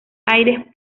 aires